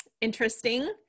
interesting